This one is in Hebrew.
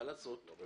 אם